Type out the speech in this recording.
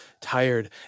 tired